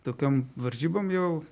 tokiom varžybom jau